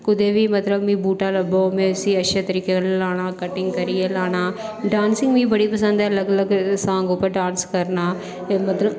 कुतै बी मतलब मिगी बूहटा लब्भग में उसी अच्छे तरीके कन्नै लाना कटिंग करियै लाना डांसिंग मिगी पसंद ऐ अलग अलग सांग उप्पर डांस करना मतलब